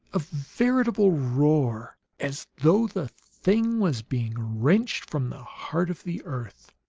a veritable roar, as though the thing was being wrenched from the heart of the earth.